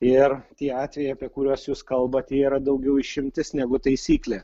ir tie atvejai apie kuriuos jūs kalbat jie yra daugiau išimtis negu taisyklė